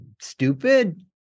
stupid